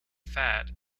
fat